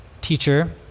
teacher